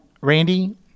Randy